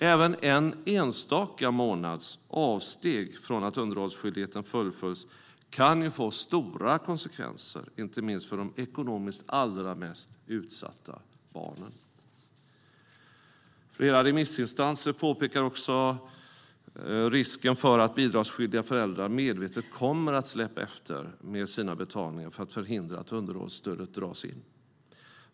Även en enstaka månads avsteg från att underhållsskyldigheten fullföljs kan få stora konsekvenser, inte minst för de ekonomiskt allra mest utsatta barnen. Flera remissinstanser pekar också på risken för att bidragsskyldiga föräldrar medvetet kommer att släpa efter med sina betalningar för att förhindra att underhållsstödet dras in.